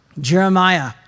Jeremiah